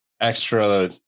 extra